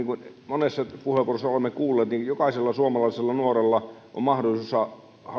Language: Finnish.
monessa puheenvuorossa olemme kuulleet jokaisella suomalaisella nuorella on mahdollisuus